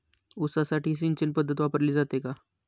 ऊसासाठी सिंचन पद्धत वापरली जाते का?